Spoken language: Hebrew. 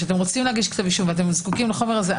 רוצים לעשות זאת וזקוקים לחומר הזה,